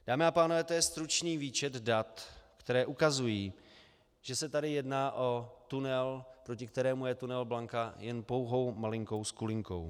Dámy a pánové, to je stručný výčet dat, která ukazují, že se tady jedná o tunel, proti kterému je tunel Blanka jen pouhou malinkou skulinkou.